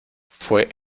fue